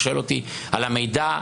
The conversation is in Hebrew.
הם שואלים אותי על המידע,